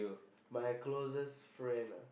my closest friend ah